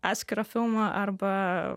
atskiro filmo arba